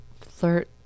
flirt